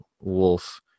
wolf